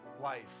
life